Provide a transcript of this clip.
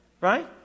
right